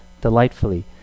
delightfully